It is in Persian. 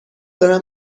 دارم